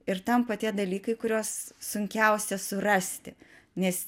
ir tampa tie dalykai kuriuos sunkiausia surasti nes